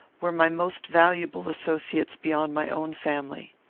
were my most valuable associates beyond my own family.